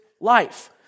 life